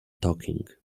talking